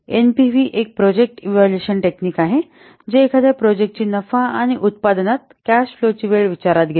NPV एक project evaluation techniques आहे जे एखाद्या प्रोजेक्ट ची नफा आणि उत्पादनात कॅश फ्लोांची वेळ विचारात घेते